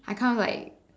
I kind of like